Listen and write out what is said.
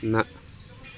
نہ